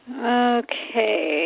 Okay